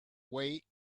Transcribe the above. way